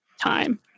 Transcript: time